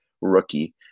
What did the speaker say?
rookie